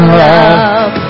love